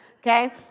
okay